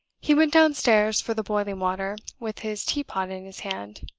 he went downstairs for the boiling water, with his teapot in his hand.